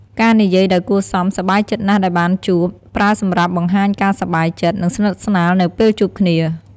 ការនិយាយដោយគួរសម "សប្បាយចិត្តណាស់ដែលបានជួប"ប្រើសម្រាប់បង្ហាញការសប្បាយចិត្ត និងស្និទ្ធស្នាលនៅពេលជួបគ្នា។